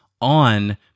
on